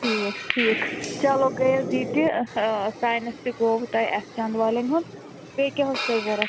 ٹھیٖک ٹھیٖک چلو گٔے حظ یہِ تہِ ٲں ساینَس تہِ گوٚو تۄہہِ ایٚس چانٛد والیٚن ہُنٛد بیٚیہِ کیٛاہ اوسوٕ تۄہہِ ضروٗرت